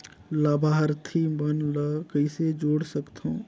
लाभार्थी मन ल कइसे जोड़ सकथव?